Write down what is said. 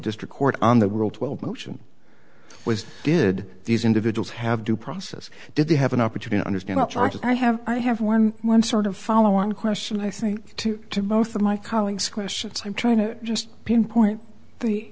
district court on the world twelve motion was did these individuals have due process did they have an opportune understand i'll try to i have i have one one sort of follow on question i think two to both of my colleagues questions i'm trying to just pinpoint the